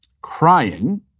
crying